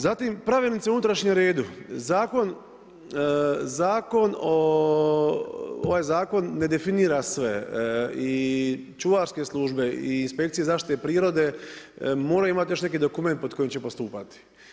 Zatim pravilnici o unutrašnjem redu, ovaj zakon ne definira sve i čuvarske službe i inspekcije zaštite prirode, mora imati još neki dokument pod kojim će postupati.